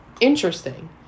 interesting